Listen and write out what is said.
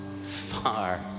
far